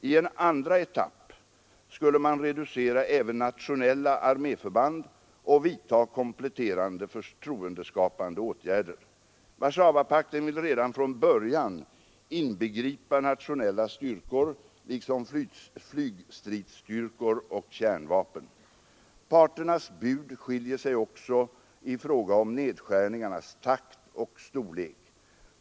I en andra etapp skulle man reducera även nationella arméförband och vidta kompletterande förtroendeskapande åtgärder. Warszawapakten vill redan från början inbegripa nationella styrkor liksom flygstridskrafter och kärnvapen. Parternas bud skiljer sig också i fråga om nedskärningarnas takt och storlek.